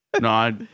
no